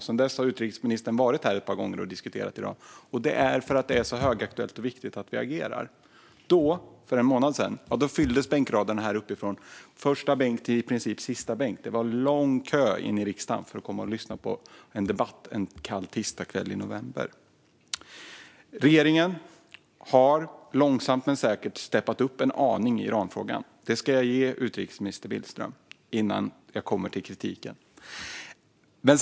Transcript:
Sedan dess har utrikesministern varit här ett par gånger och diskuterat Iran, och det är för att det är så högaktuellt och viktigt att vi agerar. Då, för en månad sedan, fylldes bänkraderna på plenisalens läktare i princip från första till sista bänk. Det var lång kö för att komma in i riksdagen och lyssna på debatten en kall tisdagskväll i november. Regeringen har långsamt men säkert steppat upp en aning i Iranfrågan; det ska jag ge utrikesminister Billström innan jag kommer till kritiken.